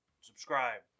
subscribe